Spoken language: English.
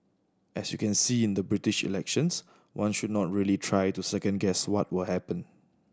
as you can see in the British elections one should not really try to second guess what will happen